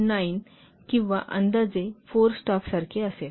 9 किंवा अंदाजे 4 स्टाफ सारखे असेल